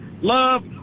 Love